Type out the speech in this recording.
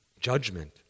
judgment